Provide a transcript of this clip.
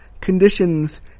conditions